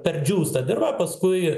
perdžiūsta dirva paskui